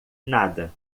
nada